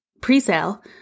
pre-sale